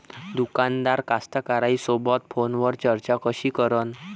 दुकानदार कास्तकाराइसोबत फोनवर चर्चा कशी करन?